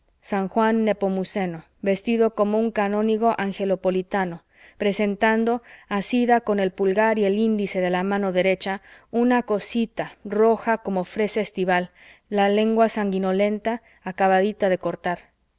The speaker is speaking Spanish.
san juan nepomuceno vestido como un canónigo angelopolitano presentando asida con el pulgar y el índice de la mano derecha una cosita roja como fresa estival la lengua sanguinolenta acabadita de cortar